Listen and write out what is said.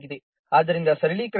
ಆದ್ದರಿಂದ ಸರಳೀಕರಣದಲ್ಲಿ ನೀವು 35